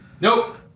Nope